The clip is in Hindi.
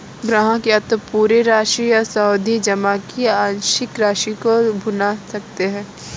ग्राहक या तो पूरी राशि या सावधि जमा की आंशिक राशि को भुना सकता है